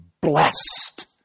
blessed